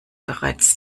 bereits